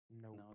No